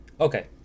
Okay